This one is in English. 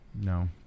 No